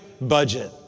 budget